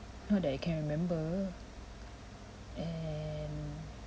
not that I can remember and